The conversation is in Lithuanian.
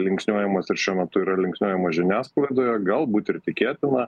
linksniuojamos ir šiuo metu yra linksniuojamos žiniasklaidoje galbūt ir tikėtina